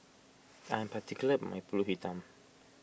I am particular about my Pulut Hitam